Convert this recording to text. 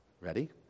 Ready